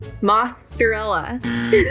mozzarella